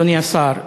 אדוני השר,